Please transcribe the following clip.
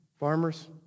Farmers